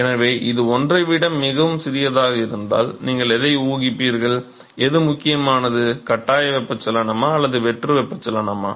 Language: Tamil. எனவே இது ஒன்றை விட மிகவும் சிறியதாக இருந்தால் நீங்கள் எதை ஊகிப்பீர்கள் எது முக்கியமானது கட்டாய வெப்பச்சலனமா அல்லது வெற்று வெப்பச்சலனமா